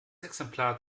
exemplar